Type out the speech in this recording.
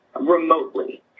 remotely